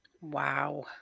Wow